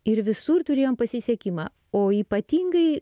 ir visur turėjome pasisekimą o ypatingai